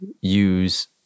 use